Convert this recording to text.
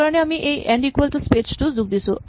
তাৰ কাৰণে আমি এই য়েন্ড ইকুৱেল টু স্পেচ টো যোগ দিছো